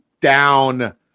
down